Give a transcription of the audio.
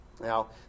Now